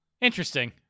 Interesting